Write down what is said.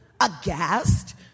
Aghast